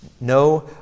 No